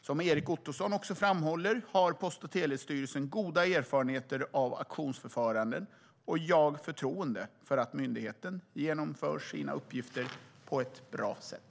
Som Erik Ottoson också framhåller har Post och telestyrelsen goda erfarenheter av auktionsförfaranden, och jag har förtroende för att myndigheten genomför sina uppgifter på att bra sätt.